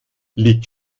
liegt